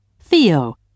Theo